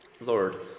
Lord